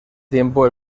tiempo